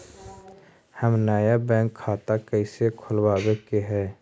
हम नया बैंक खाता कैसे खोलबाबे के है?